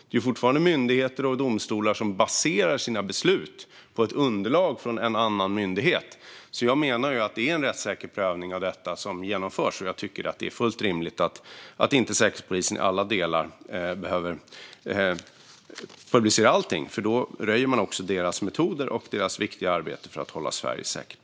Det är fortfarande myndigheter och domstolar som baserar sina beslut på ett underlag från en annan myndighet. Jag menar att det är en rättssäker prövning av detta som genomförs. Jag tycker att det är fullt rimligt att inte Säkerhetspolisen i alla delar behöver publicera allting. Då röjer man också deras metoder och deras viktiga arbete för att hålla Sverige säkert.